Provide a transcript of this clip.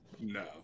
No